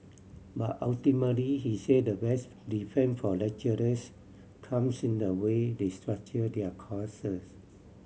but ultimately he said the best defence for lecturers comes in the way they structure their courses